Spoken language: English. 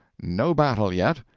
no battle yet!